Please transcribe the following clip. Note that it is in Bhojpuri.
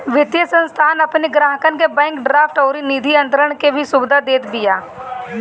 वित्तीय संस्थान अपनी ग्राहकन के बैंक ड्राफ्ट अउरी निधि अंतरण के भी सुविधा देत बिया